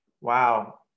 wow